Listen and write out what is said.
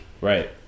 Right